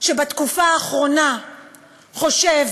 שבתקופה האחרונה חושב